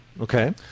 Okay